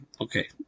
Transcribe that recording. Okay